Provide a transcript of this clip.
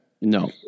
no